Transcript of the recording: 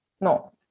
No